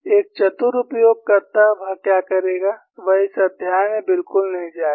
एक चतुर उपयोगकर्ता वह क्या करेगा वह इस अध्याय में बिल्कुल नहीं जाएगा